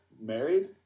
married